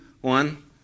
one